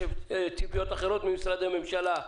יש ציפיות אחרות ממשרדי ממשלה.